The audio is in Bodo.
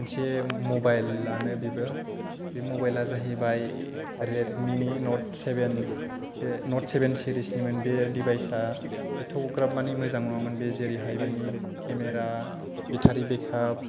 मोनसे मबाइलानो बेबो बे मबाइला जाहैबाय रेडमिनि नट' सेभेन बे नट सेभेन सेरिसमोन बे डिभाइजआ एथ'ग्राबमानि मोजां नङामोन जेरैहाय बेनि कमेरा बेटारि बेकाप